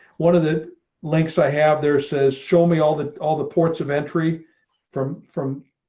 one of the links i have there says, show me all the all the ports of entry from from